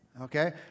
Okay